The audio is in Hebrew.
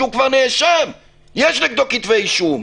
כשהוא כבר נאשם ויש נגדו כתבי אישום.